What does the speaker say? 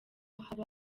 haba